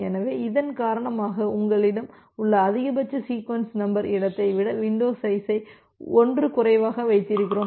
எனவே இதன் காரணமாக உங்களிடம் உள்ள அதிகபட்ச சீக்வென்ஸ் நம்பர் இடத்தை விட வின்டோ சைஸை 1 குறைவாக வைத்திருக்கிறோம்